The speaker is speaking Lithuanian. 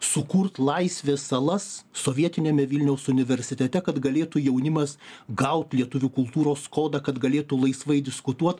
sukurt laisvės salas sovietiniame vilniaus universitete kad galėtų jaunimas gaut lietuvių kultūros kodą kad galėtų laisvai diskutuot